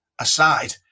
aside